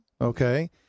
Okay